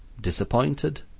disappointed